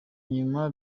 nyuma